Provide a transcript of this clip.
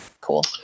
cool